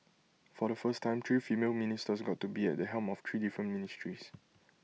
for the first time three female ministers got to be at the helm of three different ministries